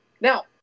Now